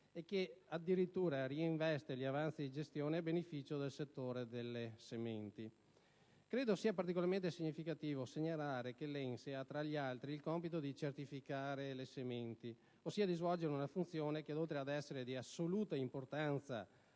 e che, addirittura, reinveste gli avanzi di gestione a beneficio del settore delle sementi. Credo sia particolarmente significativo segnalare che l'ENSE ha, tra gli altri, il compito di certificare le sementi, ossia di svolgere una funzione che, oltre ad essere di assoluta importanza